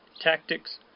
tactics